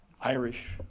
Irish